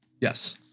Yes